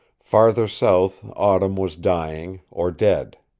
farther south autumn was dying, or dead.